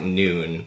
noon